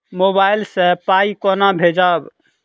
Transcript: Mobile सँ पाई केना भेजब?